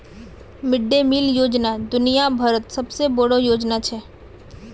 mid day meal योजना दुनिया भरत सबसे बोडो योजना छे